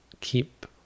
keep